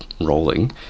rolling